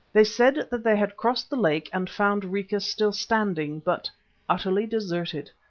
they said that they had crossed the lake and found rica still standing, but utterly deserted.